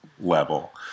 level